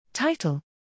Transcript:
Title